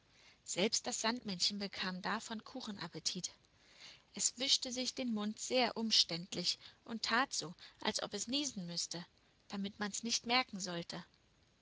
selbst das sandmännchen bekam davon kuchenappetit es wischte sich den mund sehr umständlich und tat so als ob es niesen müßte damit man's nicht merken sollte